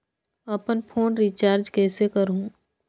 अपन phone recharge कइसे करहु?